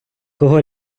кого